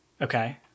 okay